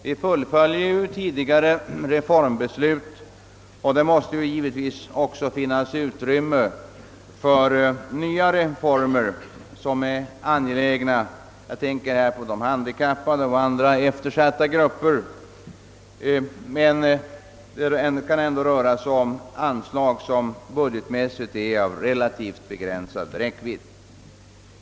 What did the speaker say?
Vi fullföljer ju tidigare reformbeslut, och det måste givetvis också finnas utrymme för nya reformer som är angelägna. Jag tänker härvidlag på de handikappade och andra eftersatta grupper, men det kan ändå röra sig om anslag som budgetmässigt är av relativt begränsad räckvidd.